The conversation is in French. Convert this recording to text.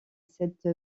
cette